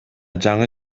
жаңы